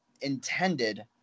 intended